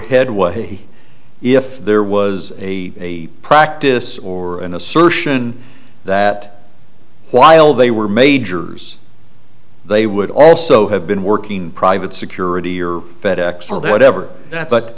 headway if there was a practice or an assertion that while they were majors they would also have been working private security or fed ex or whatever